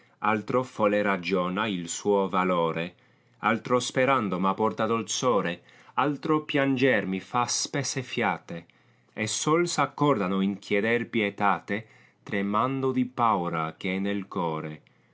uro folle ragiona il suo valore altro sperando m'apporta dolzore altro pianger mi fa spesse fiate e sol s accordano in chieder pietate tremando di paura eh è nel core